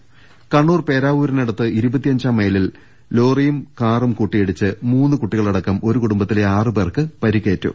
രദ്ദേഷ്ടങ കണ്ണൂർ പേരാവൂരിനടുത്ത് ഇരുപത്തഞ്ചാം മൈലിൽ ലോറിയും കാറും കൂട്ടിയിടിച്ച് മൂന്ന് കുട്ടികളടക്കം ഒരു കുടുംബത്തിലെ ആറുപേർക്ക് പരി ക്കേറ്റു